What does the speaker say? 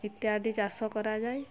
ଇତ୍ୟାଦି ଚାଷ କରାଯାଏ